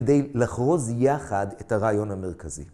‫כדי לחרוז יחד את הרעיון המרכזי.